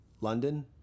London